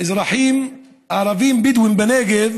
באזרחים הערבים הבדואים בנגב.